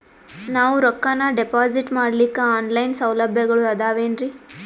ನಾವು ರೊಕ್ಕನಾ ಡಿಪಾಜಿಟ್ ಮಾಡ್ಲಿಕ್ಕ ಆನ್ ಲೈನ್ ಸೌಲಭ್ಯಗಳು ಆದಾವೇನ್ರಿ?